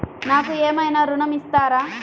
నాకు ఏమైనా ఋణం ఇస్తారా?